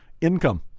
income